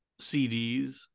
CDs